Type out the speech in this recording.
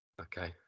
okay